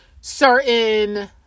certain